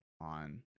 on